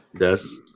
yes